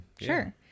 Sure